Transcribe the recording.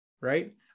right